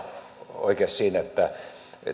oikeassa siinä että